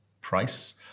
price